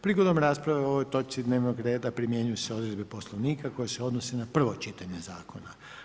Prigodom rasprave o ovoj točci dnevnog reda primjenjuju se odredbe Poslovnika koje se odnose na prvo čitanje zakona.